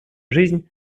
жизнь